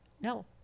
No